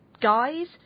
guys